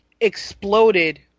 exploded